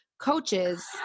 coaches